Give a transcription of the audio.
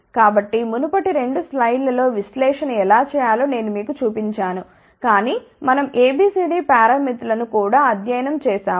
కాబట్టి మునుపటి 2 స్లైడ్లలో విశ్లేషణ ఎలా చేయాలో నేను మీకు చూపించాను కాని మనం ABCD పారామితులను కూడా అధ్యయనం చేసాము